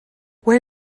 where